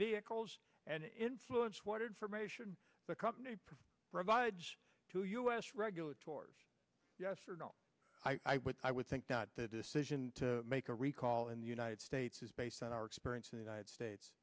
vehicles and influence what information the company provides to u s regulatory yes or no i would i would think that the decision to make a recall in the united states is based on our experience in united states